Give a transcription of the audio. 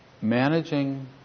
managing